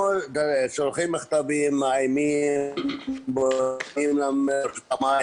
אנחנו שולחים מכתבים, מאיימים, פונים לרשות המים.